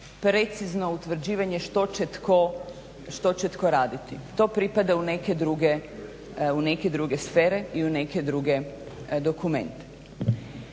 precizno utvrđivanje što će tko raditi. To pripada u neke druge sfere i u neke druge dokumente.